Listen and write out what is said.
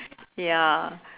ya